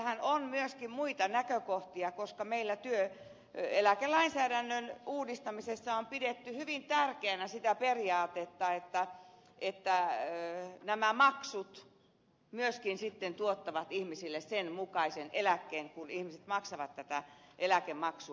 kysymyksessähän on myöskin muita näkökohtia koska meillä työeläkelainsäädännön uudistamisessa on pidetty hyvin tärkeänä sitä periaatetta että nämä maksut myöskin sitten tuottavat ihmisille sen mukaisen eläkkeen kuin ihmiset maksavat tätä eläkemaksua